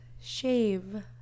shave